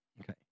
Okay